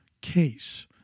case